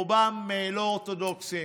רובם לא אורתודוקסים,